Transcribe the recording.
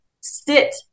sit